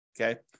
Okay